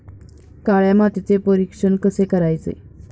काळ्या मातीचे परीक्षण कसे करायचे?